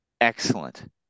excellent